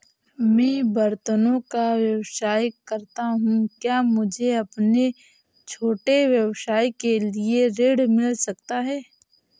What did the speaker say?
मैं बर्तनों का व्यवसाय करता हूँ क्या मुझे अपने छोटे व्यवसाय के लिए ऋण मिल सकता है?